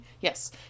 yes